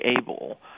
able